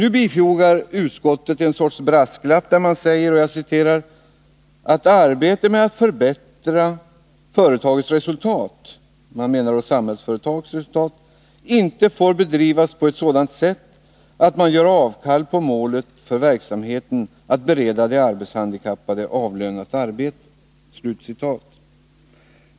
Utskottet bifogar en sorts brasklapp, där man säger att ”arbetet med att förbättra företagets resultat” — man menar Samhällsföretags resultat — ”inte får bedrivas på ett sådant sätt att man gör avkall på målet för verksamheten att bereda de arbetshandikappade avlönat arbete”.